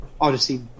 Odyssey